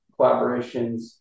collaborations